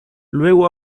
luego